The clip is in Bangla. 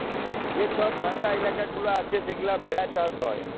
যে ছব ঠাল্ডা ইলাকা গুলা আছে সেখালে ভেড়া চাষ হ্যয়